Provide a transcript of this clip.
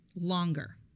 longer